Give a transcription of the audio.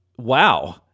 Wow